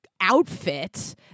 outfit